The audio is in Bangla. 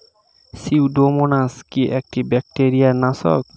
সিউডোমোনাস কি একটা ব্যাকটেরিয়া নাশক?